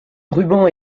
ruban